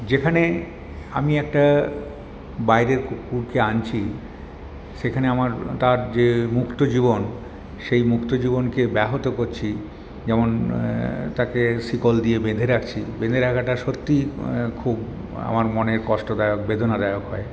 যেখানে আমি একটা বাইরের কুকুরকে আনছি সেখানে আমার তার যে মুক্ত জীবন সেই মুক্ত জীবনকে ব্যহত করছি যেমন তাকে শিকল দিয়ে বেঁধে রাখছি বেঁধে রাখাটা সত্যি খুব আমার মনে কষ্টদায়ক বেদনাদায়ক হয়